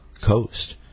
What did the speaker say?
Coast